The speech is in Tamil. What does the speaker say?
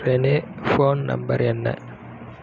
ரெனே ஃபோன் நம்பர் என்ன